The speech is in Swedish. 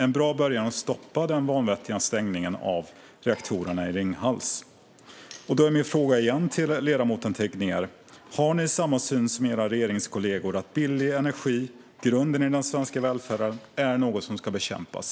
En bra början är att stoppa den vanvettiga stängningen av reaktorerna i Ringhals. Min fråga till ledamoten Tegnér är återigen: Har ni samma syn som era regeringskollegor på att billig energi, grunden i den svenska välfärden, är något som ska bekämpas?